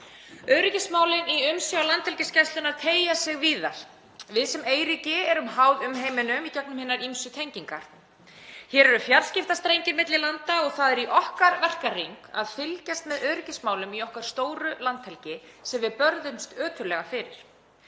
Öryggismálin í umsjá Landhelgisgæslunnar teygja sig víðar. Við sem eyríki erum háð umheiminum í gegnum hinar ýmsu tengingar. Hér eru fjarskiptastrengir milli landa og það er í okkar verkahring að fylgjast með öryggismálum í okkar stóru landhelgi sem við börðumst ötullega fyrir.